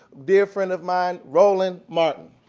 dear friend of mine, roland martin.